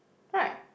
right